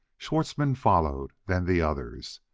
schwartzmann followed then the others.